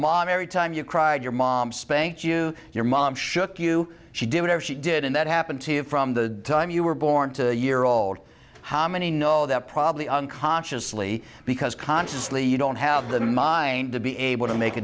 mom every time you cried your mom spank you your mom shook you she did have she did and that happened to you from the time you were born to a year old how many know that probably unconsciously because consciously you don't have the mind to be able to make a